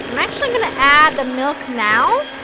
actually going to add the milk now